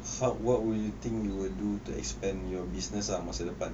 how what will you think you will do to expand your business ah masa depan